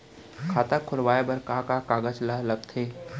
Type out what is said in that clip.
खाता खोलवाये बर का का कागज ल लगथे?